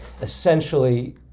essentially